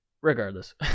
Regardless